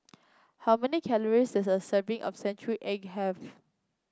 how many calories does a serving of Century Egg have